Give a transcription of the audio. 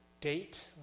date